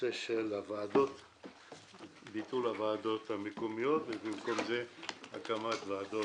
הנושא של ביטול הוועדות המקומיות ובמקום זה הקמת ועדה